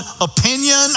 opinion